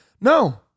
No